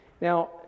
now